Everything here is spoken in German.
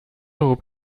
hob